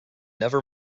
never